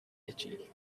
itchy